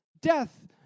death